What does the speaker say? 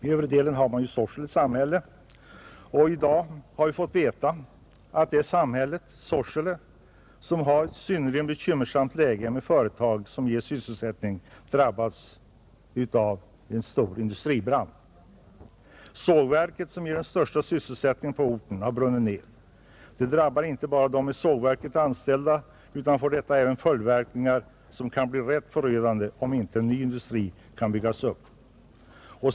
I övre delen har man Sorsele samhälle, I dag har vi fått veta att detta samhälle, som har ett synnerligen bekymmersamt läge när det gäller företag som kan ge sysselsättning, drabbats av en stor industribrand, Sågverket, som ger den största sysselsättningen på orten, har brunnit ned. Det drabbar inte bara de i sågverket anställda utan får även följdverkningar som kan bli ganska förödande om inte en ny industri kan byggas upp.